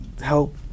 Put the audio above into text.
help